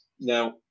now